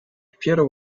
piero